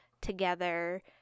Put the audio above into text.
together